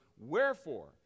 Wherefore